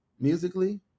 musically